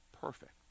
perfect